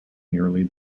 nearly